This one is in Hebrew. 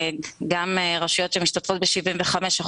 גם רשויות שמשתתפות ב-75%,